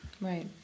Right